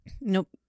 Nope